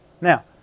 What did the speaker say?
Now